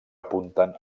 apunten